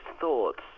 thoughts